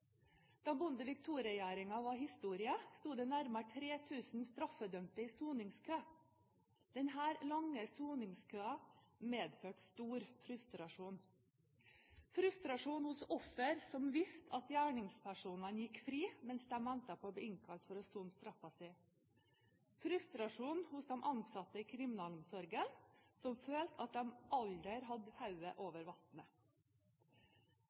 Da Bondevik II-regjeringen var historie, sto det nærmere 3 000 straffedømte i soningskø. Denne lange soningskøen medførte stor frustrasjon: frustrasjon hos ofre som visste at gjerningspersonene gikk fri mens de ventet på å bli innkalt for å sone straffen sin frustrasjon hos de ansatte i kriminalomsorgen som følte at de aldri hadde